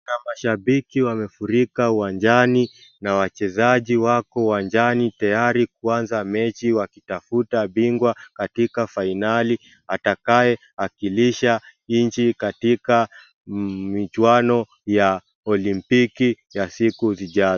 Kuna mashabiki wamefurika uwanjani na wachezaji wako uwanjani tayari kuanza mechi wakitafuta bingwa katika fainali atakaye akilisha nchi katika michuano ya olympiki ya siku zijazo.